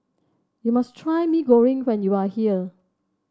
you must try Mee Goreng when you are here